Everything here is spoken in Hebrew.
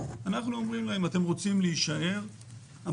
אלא אנחנו אומרים להם שאם הם רוצים להישאר והאדם